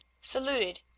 saluted